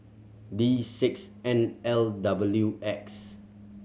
D six N L W X